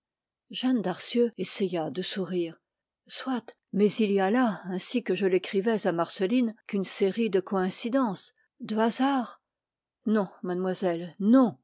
jeanne darcieux essaya de sourire soit mais il n'y a là ainsi que je l'écrivais à marceline qu'une série de coïncidences de hasards non mademoiselle non